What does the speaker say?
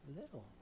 little